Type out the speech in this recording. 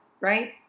right